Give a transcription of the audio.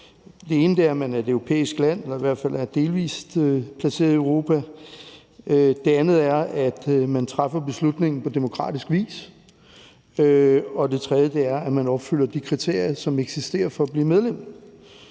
Det ene er, at man er et europæisk land, eller at man i hvert fald er delvis placeret i Europa; det andet er, at man træffer beslutningen på demokratisk vis; og det tredje er, at man opfylder de kriterier, som eksisterer, for at blive medlem.